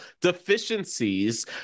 deficiencies